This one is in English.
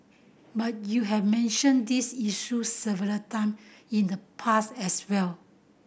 but you have mentioned these issues several time in the past as well